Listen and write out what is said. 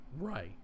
right